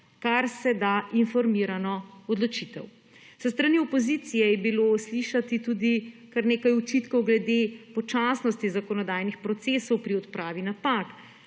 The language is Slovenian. kar se da informirano odločitev. S strani opozicije je bilo slišati tudi kar nekaj očitkov glede počasnosti zakonodajnih procesov pri odpravi napak.